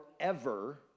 forever